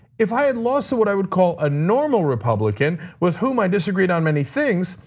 if i had lost to what i would call a normal republican with whom i disagreed on many things.